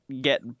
get